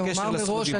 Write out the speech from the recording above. אני אמרתי מראש,